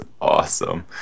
awesome